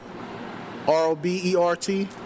R-O-B-E-R-T